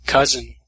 Cousin